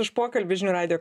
už pokalbį žinių radijo